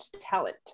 talent